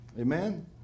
Amen